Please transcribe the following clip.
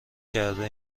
کرده